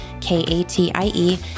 K-A-T-I-E